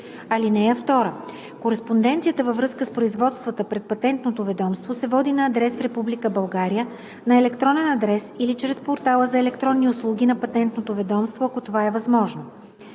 език. (2) Кореспонденцията във връзка с производствата пред Патентното ведомство се води на адрес в Република България, на електронен адрес или чрез портала за електронни услуги на Патентното ведомство, ако това е възможно.